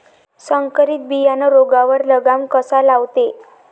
संकरीत बियानं रोगावर लगाम कसा लावते?